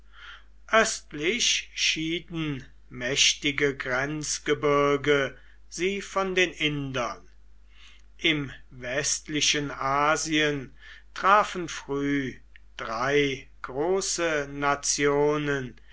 östlich schieden mächtige grenzgebirge sie von den indern im westlichen asien trafen früh drei große nationen